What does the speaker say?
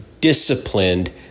disciplined